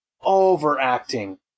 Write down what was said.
overacting